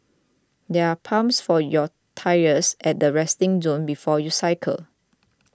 there are pumps for your tyres at the resting zone before you cycle